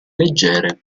leggere